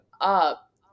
up